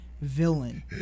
villain